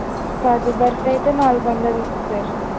కాజు బర్ఫీ అయితే నాలుగు వందలు సార్